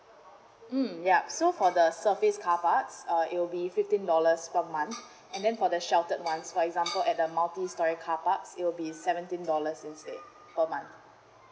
um yup so for the surface car parks uh it will be fifteen dollars per month and then for the sheltered one for example at the multi storey car parks it will be seventeen dollars instead per month